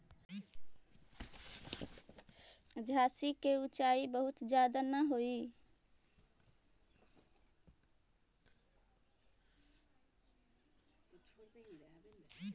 झाड़ि के ऊँचाई बहुत ज्यादा न होवऽ हई